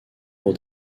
pour